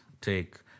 take